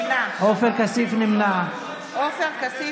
עופר כסיף נמנע.